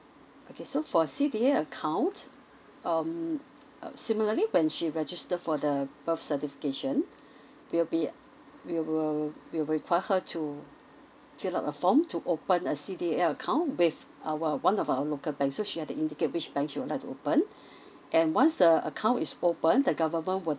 okay so for C D A account um similarly when she register for the birth certification will be we will we will require her to fill up a form to open a C D A account with our one of our local bank so she has to indicate which bank she would like to open and once the account is open the government will